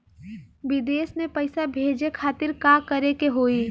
विदेश मे पैसा भेजे खातिर का करे के होयी?